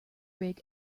rig